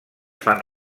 fan